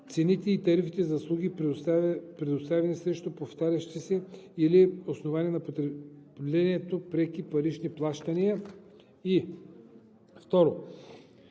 цените и тарифите за услуги, предоставяни срещу повтарящи се или основани на потреблението преки парични плащания,